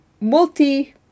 multi